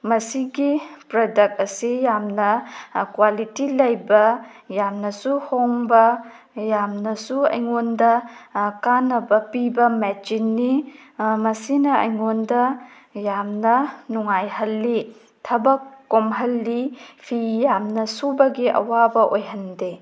ꯃꯁꯤꯒꯤ ꯄ꯭ꯔꯗꯛ ꯑꯁꯤ ꯌꯥꯝꯅ ꯀ꯭ꯋꯥꯂꯤꯇꯤ ꯂꯩꯕ ꯌꯥꯝꯅꯁꯨ ꯍꯣꯡꯕ ꯌꯥꯝꯅꯁꯨ ꯑꯩꯉꯣꯟꯗ ꯀꯥꯟꯅꯕ ꯄꯤꯕ ꯃꯦꯆꯤꯟꯅꯤ ꯃꯁꯤꯅ ꯑꯩꯉꯣꯟꯗ ꯌꯥꯝꯅ ꯅꯨꯡꯉꯥꯏꯍꯜꯂꯤ ꯊꯕꯛ ꯀꯣꯝꯍꯜꯂꯤ ꯐꯤ ꯌꯥꯝꯅ ꯁꯨꯕꯒꯤ ꯑꯋꯥꯕ ꯑꯣꯏꯍꯟꯗꯦ